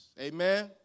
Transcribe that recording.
Amen